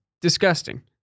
disgusting